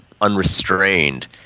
unrestrained